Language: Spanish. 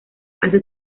hace